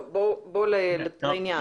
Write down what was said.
טוב, בוא לעניין.